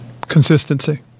Consistency